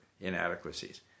inadequacies